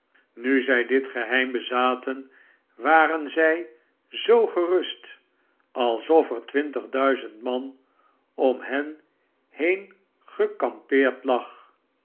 nu zij dit geheim bezaten waren zij zoo gerust alsof er twintigdxiizend man om hen heen gekampeerd lag